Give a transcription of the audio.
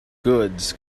goods